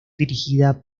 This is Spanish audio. dirigida